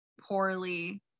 poorly